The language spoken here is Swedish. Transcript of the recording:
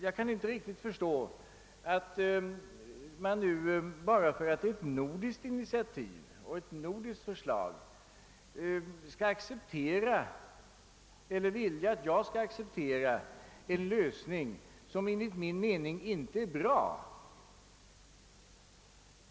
Jag kan inte riktigt förstå att man nu, bara därför att det är ett nordiskt initiativ och ett nordiskt förslag, vill att jag skall acceptera en lösning som enligt min mening inte är bra.